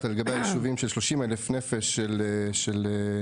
לגבי היישובים של 30,000 נפש של ערבים.